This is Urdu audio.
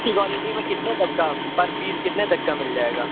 اچھی کوالٹی میں کتنے تک کا پر پیس کتنے تک کا مل جائے گا